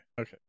okay